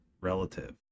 relative